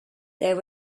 there